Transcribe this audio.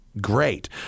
great